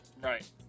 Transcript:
right